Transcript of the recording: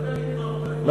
דבר אתי מרוקאית.